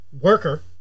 worker